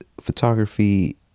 photography